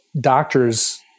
doctors